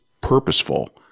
purposeful